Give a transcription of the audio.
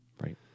right